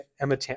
Emma –